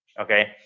Okay